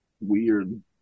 Weird